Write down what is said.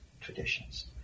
traditions